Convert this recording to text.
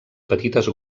petites